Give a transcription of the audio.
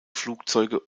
flugzeuge